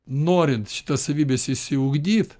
norint šitas savybes išsiugdyt